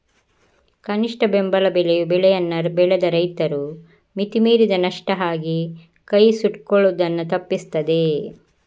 ಕನಿಷ್ಠ ಬೆಂಬಲ ಬೆಲೆಯು ಬೆಳೆಯನ್ನ ಬೆಳೆದ ರೈತರು ಮಿತಿ ಮೀರಿದ ನಷ್ಟ ಆಗಿ ಕೈ ಸುಟ್ಕೊಳ್ಳುದನ್ನ ತಪ್ಪಿಸ್ತದೆ